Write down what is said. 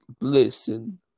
listen